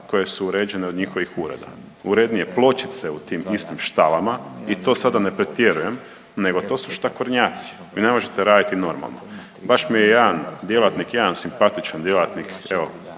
koje su uređene od njihovih ureda, urednije pločice u tim istim štalama. I to sada ne pretjerujem nego to su štakornjaci. Vi ne možete raditi normalno. Baš mi je jedan djelatnik, jedan simpatičan djelatnik evo